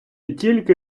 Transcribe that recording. тільки